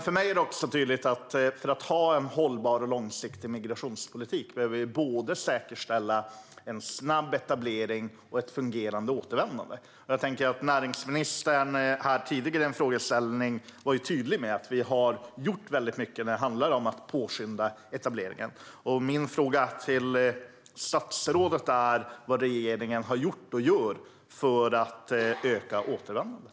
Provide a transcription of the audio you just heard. För mig är det tydligt att vi, för att vi ska ha en hållbar och långsiktig migrationspolitik, behöver säkerställa både en snabb etablering och ett fungerande återvändande. Näringsministern var här tidigare i en fråga tydlig med att vi har gjort väldigt mycket när det handlar om att påskynda etableringen. Min fråga till statsrådet är vad regeringen har gjort och gör för att öka återvändandet.